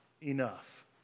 enough